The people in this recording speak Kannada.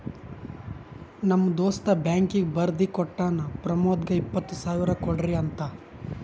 ನಮ್ ದೋಸ್ತ ಬ್ಯಾಂಕೀಗಿ ಬರ್ದಿ ಕೋಟ್ಟಾನ್ ಪ್ರಮೋದ್ಗ ಇಪ್ಪತ್ ಸಾವಿರ ಕೊಡ್ರಿ ಅಂತ್